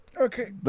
Okay